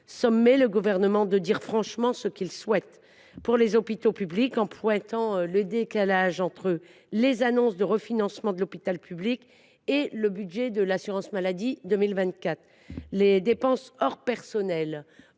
sommé le Gouvernement de « dire franchement ce qu’il souhaite » pour les hôpitaux publics, en pointant le décalage entre les annonces de refinancement de l’hôpital public et le budget de l’assurance maladie pour 2024. Les dépenses hors personnels